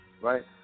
Right